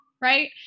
Right